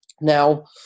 Now